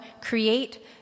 create